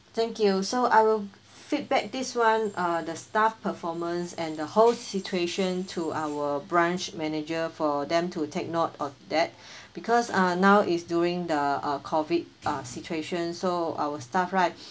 thank you so I will feedback this one uh the staff performance and the whole situation to our branch manager for them to take note of that because uh now is during the uh COVID uh situation so our staff right